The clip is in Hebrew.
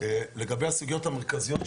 לגבי הסוגיות המרכזיות,